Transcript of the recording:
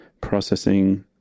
processing